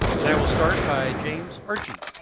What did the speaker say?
and i will start by james archie.